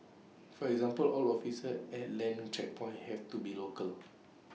for example all officers at land checkpoints have to be local